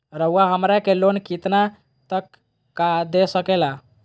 रउरा हमरा के लोन कितना तक का दे सकेला?